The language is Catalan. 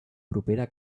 propera